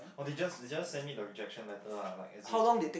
oh they just they just send me the rejection letter lah like as if